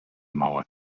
mauer